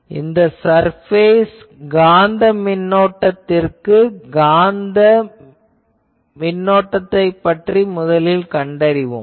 நாம் இந்த சர்பேஸ் காந்த மின்னோட்டத்திற்கு காந்த மின்னோட்டத்தைக் கண்டறிவோம்